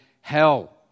hell